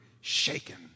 shaken